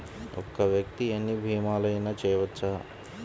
ఒక్క వ్యక్తి ఎన్ని భీమలయినా చేయవచ్చా?